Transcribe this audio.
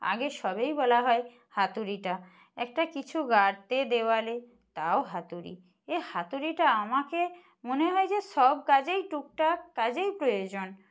আগে সবেই বলা হয় হাতুড়িটা একটা কিছু গাড়তে দেওয়ালে তাও হাতুড়ি এ হাতুড়িটা আমাকে মনে হয় যে সব কাজেই টুকটাক কাজেই প্রয়োজন